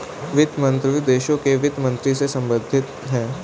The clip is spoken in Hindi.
वित्त मंत्रीत्व देश के वित्त मंत्री से संबंधित है